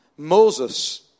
Moses